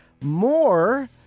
more